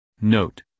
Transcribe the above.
Note